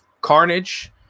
Carnage